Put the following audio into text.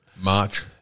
March